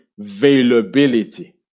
availability